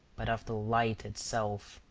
but of the light itself.